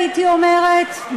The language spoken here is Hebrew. הייתי אומרת,